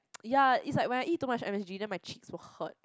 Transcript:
ya it's like when I eat too much M_S_G then my cheeks will hurt